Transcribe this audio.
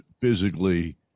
physically